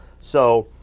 so,